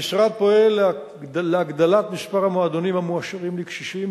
המשרד פועל להגדלת מספר המועדונים המועשרים לקשישים,